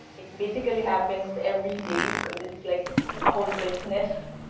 it basically happens every day because it's like our business,